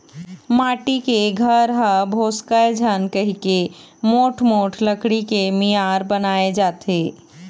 माटी के घर ह भोसकय झन कहिके मोठ मोठ लकड़ी के मियार बनाए जाथे